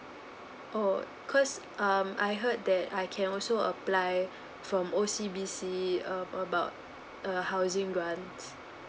oh 'cos um I heard that I can also apply from O_C_B_C uh about a housing grant